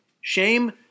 Shame